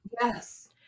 Yes